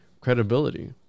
credibility